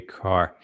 car